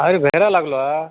अरे भेरा लागलो